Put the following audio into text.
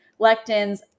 lectins